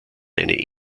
eine